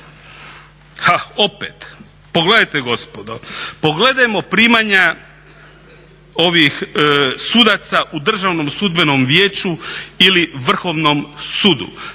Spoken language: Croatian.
ha, opet pogledajte gospodo, pogledajmo primanja sudaca u Državnom sudbenom vijeću ili Vrhovnom sudu.